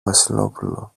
βασιλόπουλο